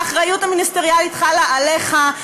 האחריות המיניסטריאלית חלה עליך,